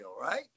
right